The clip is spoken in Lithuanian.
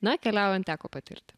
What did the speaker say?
na keliaujant teko patirti